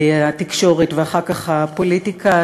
התקשורת ואחר כך הפוליטיקה.